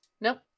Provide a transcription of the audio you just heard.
Nope